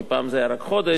כי פעם זה היה רק חודש,